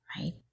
Right